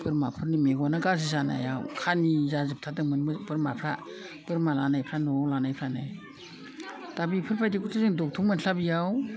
बोरमाफोरनि मेगना गाज्रि जानायाव खानि जाजोबथारदोंमोन बोरमाफोरा बोरमा लानायफ्रा न'आव लानायफ्रानो दा बेफोरबायदिखौथ' जों दक्थ'र मोनस्लाबियाव